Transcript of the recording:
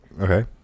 Okay